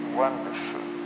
wonderful